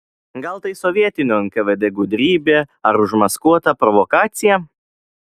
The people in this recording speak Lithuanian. gal tai sovietinio nkvd gudrybė ar užmaskuota provokacija